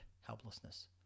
helplessness